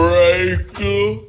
Breaker